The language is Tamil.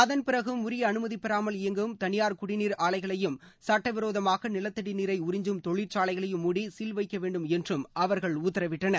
அதன் பிறகும் உரிய அனுமதி பெறாமல் இயங்கும் தனியார் குடிநீர் ஆலைகளையும் சுட்டவிரோதமாக நிலத்தடி நீரை உறிஞ்சும் தொழிற்சாலைகளையும் மூடி சீல்வைக்க வேண்டும் என்றும் அவர்கள் உத்தரவிட்டனர்